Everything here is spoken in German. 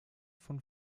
von